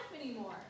anymore